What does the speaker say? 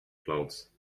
clouds